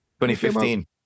2015